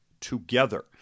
together